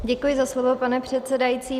Děkuji za slovo, pane předsedající.